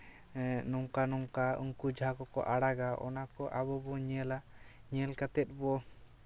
ᱱᱚᱝᱠᱟ ᱱᱚᱝᱠᱟ ᱩᱱᱠᱩ ᱡᱟᱦᱟᱸ ᱠᱚᱠᱚ ᱟᱲᱟᱜᱟ ᱚᱱᱟ ᱠᱚ ᱟᱵᱚ ᱵᱚᱱ ᱧᱮᱞᱟ ᱧᱮᱞ ᱠᱟᱛᱮ ᱵᱚ